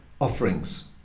offerings